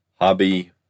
hobby